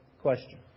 question